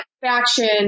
faction